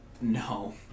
No